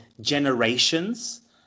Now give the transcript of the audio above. generations